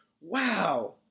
Wow